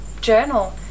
journal